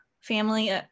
family